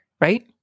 Right